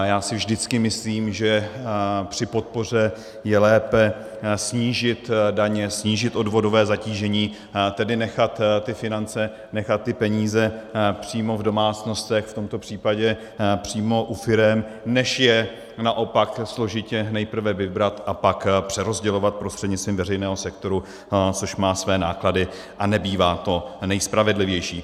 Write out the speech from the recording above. Já si vždycky myslím, že při podpoře je lépe snížit daně, snížit odvodové zatížení, tedy nechat ty finance, nechat ty peníze přímo v domácnostech, v tomto případě přímo u firem, než je naopak složitě nejprve vybrat a pak přerozdělovat prostřednictvím veřejného sektoru, což má své náklady a nebývá to nejspravedlivější.